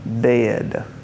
dead